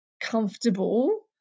comfortable